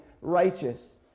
righteous